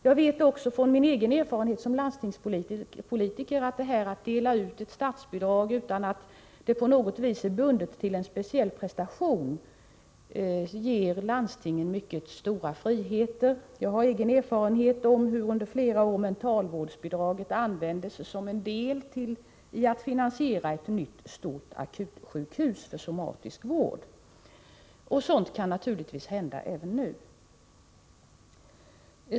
Jag vet också från min egen erfarenhet som landstingspolitiker att man delar ut statsbidrag utan att det på något sätt är bundet till en speciell prestation, och det ger landstingen mycket stor frihet. Jag har egen erfarenhet av hur under flera år mentalvårdsbidraget användes till en del för att finansiera ett nytt stort akutsjukhus för somatisk vård. Sådant kan naturligtvis hända även nu.